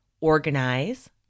organize